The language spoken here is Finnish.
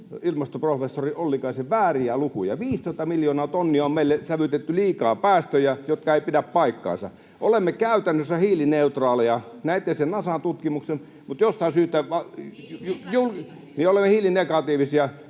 ilmastoprofessori Ollikaisen vääriä lukuja? 15 miljoonaa tonnia on meille sälytetty liikaa päästöjä, jotka eivät pidä paikkaansa. Olemme käytännössä hiilineutraaleja. Näitte sen Nasan tutkimuksen [Leena Meri: Hiilinegatiivisia!] — niin, olemme hiilinegatiivisia